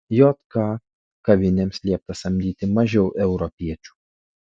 jk kavinėms liepė samdyti mažiau europiečių